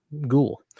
ghoul